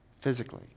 physically